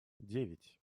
девять